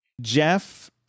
Jeff